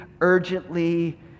urgently